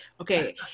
Okay